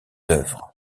œuvres